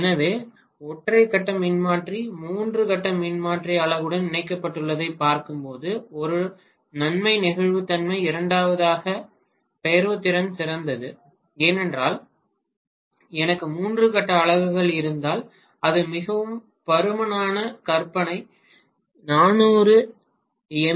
எனவே ஒற்றை கட்ட மின்மாற்றி மூன்று கட்ட மின்மாற்றி அலகுடன் இணைக்கப்பட்டுள்ளதைப் பார்க்கும்போது ஒரு நன்மை நெகிழ்வுத்தன்மை இரண்டாவதாக பெயர்வுத்திறன் சிறந்தது ஏனென்றால் எனக்கு மூன்று கட்ட அலகுகள் இருந்தால் அது மிகவும் பருமனான கற்பனை 400 எம்